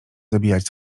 zabijać